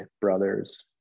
brothers